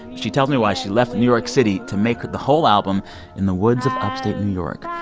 she tells me why she left new york city to make the whole album in the woods of upstate new york.